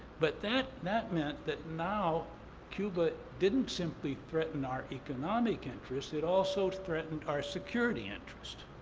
but that that meant that now cuba didn't simply threatened our economic interest, it also threatened our security interest.